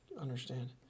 understand